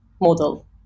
model